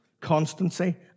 constancy